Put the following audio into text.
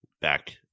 Back